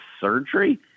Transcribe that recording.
surgery